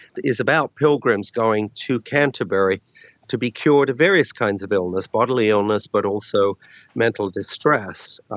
is about pilgrims going to canterbury to be cured of various kinds of illness, bodily illness but also mental distress.